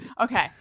Okay